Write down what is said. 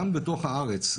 גם בתוך הארץ,